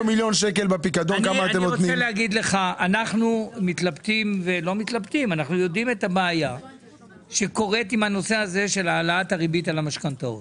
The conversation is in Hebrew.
אנחנו מכירים את הבעיה שיש עם העלאת הריבית על המשכנתאות.